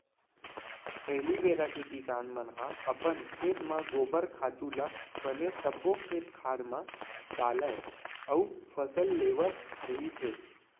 पहिली बेरा के किसान मन ह अपन खेत म गोबर खातू ल बने सब्बो खेत खार म डालय अउ फसल लेवत रिहिस हे